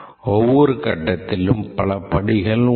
ஓவ்வொரு கட்டத்திலும் பல படிகள் உண்டு